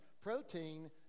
Protein